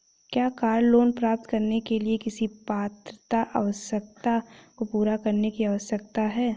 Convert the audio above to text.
क्या car loan प्राप्त करने के लिए किसी पात्रता आवश्यकता को पूरा करने की आवश्यकता है?